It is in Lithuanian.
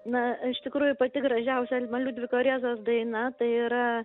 na iš tikrųjų pati gražiausia man liudviko rėzos daina tai yra